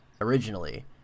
originally